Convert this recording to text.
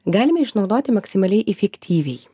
galime išnaudoti maksimaliai efektyviai